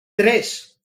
tres